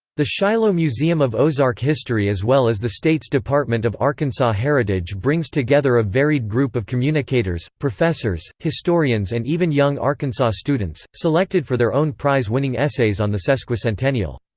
the shiloh museum of ozark history as well as the state's department of arkansas heritage brings together a varied group of communicators, professors, historians and even young arkansas students, selected for their own prize winning essays on the sesquicentennial.